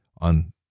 on